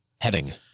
Heading